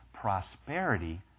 prosperity